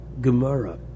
Gemara